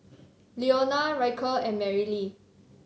Leona Ryker and Marylee